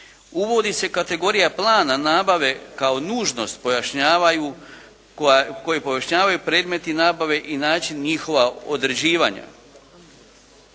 Uvodi se kategorija plana nabave kao nužnost koji pojašnjavaju predmeti nabave i način njihova određivanja.